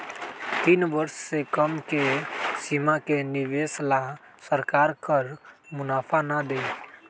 तीन वर्ष से कम के सीमा के निवेश ला सरकार कर मुनाफा ना देई